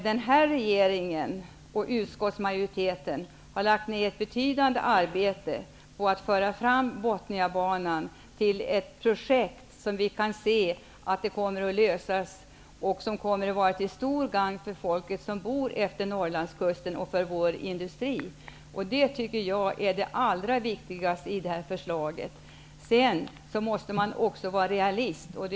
Den här regeringen och utskottsmajoriteten har lagt ned ett betydande arbete på att föra fram Botniabanan till ett projekt som kan genomföras och som kommer att vara till stor gagn för folket som bor utefter Norrlandskusten och för industrin. Det tycker jag är allra viktigast i förslaget. Man måste också vara realist.